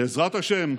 בעזרת השם,